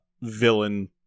villain